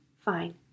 fine